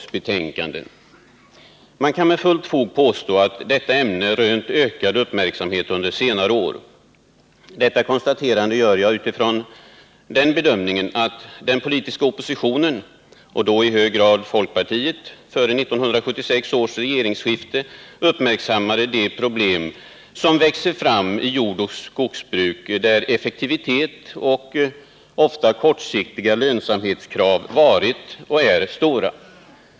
Man kan med fullt fog påstå att detta ämne under senare år har rönt ökad uppmärksamhet. Detta konstaterande gör jag utifrån det förhållandet att den politiska oppositionen, och då i hög grad folkpartiet, före 1976 års regeringsskifte uppmärksammade de problem som växer fram i jordoch skogsbruket, där kraven på effektivitet och lönsamhet varit och är stora.